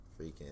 freaking